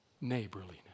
Neighborliness